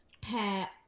pair